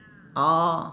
orh